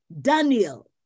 Daniel